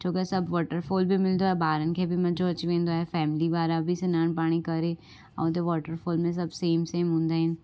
छोकी असांखे वॉटरफॉल बि मिलंदो आहे ॿारनि खे बि मज़ो अची वेंदो आहे फैमिली वारा बि सनानु पाणी करे ऐं उते वॉटरफॉल में सभु सेम सेम हूंदा आहिनि